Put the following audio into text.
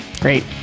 Great